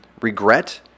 regret